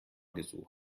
gesucht